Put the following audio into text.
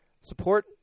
support